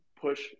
push